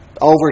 over